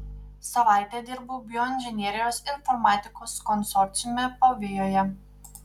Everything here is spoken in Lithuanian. savaitę dirbau bioinžinerijos ir informatikos konsorciume pavijoje